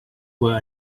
were